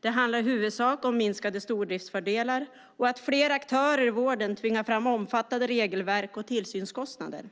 Det handlar i huvudsak om minskade stordriftsfördelar och att flera aktörer i vården tvingar fram omfattande regelverk och tillsynskostnader.